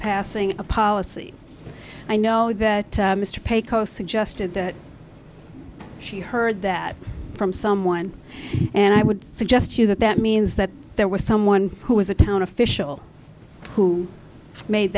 passing a policy i know that mr paco suggested that she heard that from someone and i would suggest you that that means that there was someone who was a town official who made